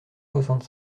soixante